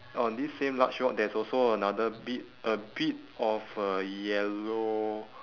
on this same large rock there's also another bit a bit of a yellow